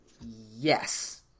Yes